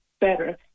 better